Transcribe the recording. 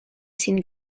sin